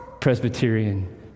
Presbyterian